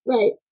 Right